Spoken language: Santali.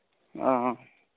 ᱚ